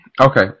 Okay